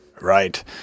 right